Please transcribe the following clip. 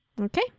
Okay